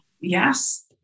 Yes